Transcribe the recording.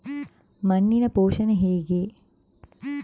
ಮಣ್ಣಿನ ಪೋಷಣೆ ಹೇಗೆ?